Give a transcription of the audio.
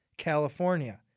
California